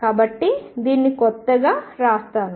కాబట్టి దీన్ని కొత్తగా వ్రాస్తాను